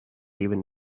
even